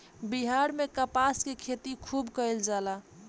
बिहार में कपास के खेती खुब कइल जाला